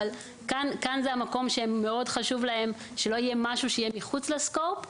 אבל כאן זה המקום שמאוד חשוב להם שלא יהיה משהו שיהיה מחוץ ל-סקופ.